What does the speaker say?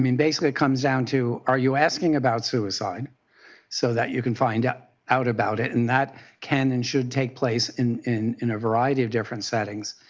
i mean basically it comes down to are you asking about suicide so that you can find out out about it. and that can and should take place in in a variety of different settings.